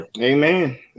amen